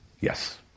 Yes